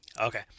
Okay